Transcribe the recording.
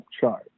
chart